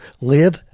live